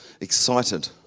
excited